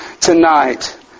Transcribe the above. tonight